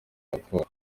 raporo